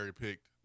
picked